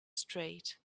straight